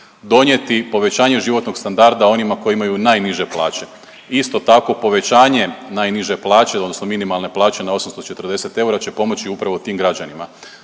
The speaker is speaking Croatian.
donijeti povećanje životnog standarda onima koji imaju najniže plaće. Isto tako povećanje najniže plaće odnosno minimalne plaće na 840 eura će pomoći upravo tim građanima.